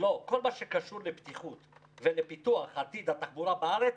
כל מה שקשור לבטיחות ולפיתוח עתיד התחבורה בארץ